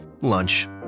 lunch